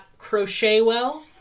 Crochetwell